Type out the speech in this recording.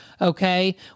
Okay